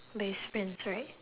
by his friends right